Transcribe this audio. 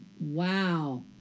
Wow